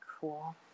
cool